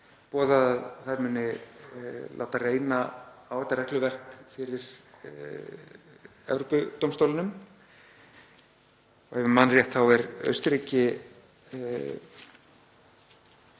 boðað að þær muni láta reyna á þetta regluverk fyrir Evrópudómstólnum. Ef ég man rétt er Austurríki